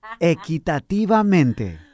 Equitativamente